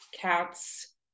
cats